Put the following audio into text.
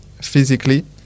physically